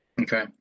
Okay